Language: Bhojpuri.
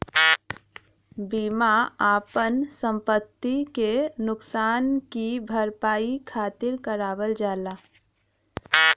बीमा आपन संपति के नुकसान की भरपाई खातिर करावल जाला